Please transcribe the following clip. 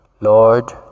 Lord